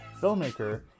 filmmaker